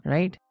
Right